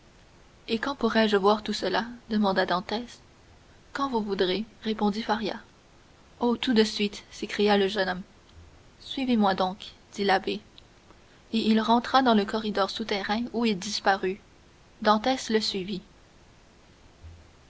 et quand pourrai-je voir tout cela demanda dantès quand vous voudrez répondit faria oh tout de suite s'écria le jeune homme suivez-moi donc dit l'abbé et il rentra dans le corridor souterrain où il disparut dantès le suivit